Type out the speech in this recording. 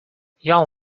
young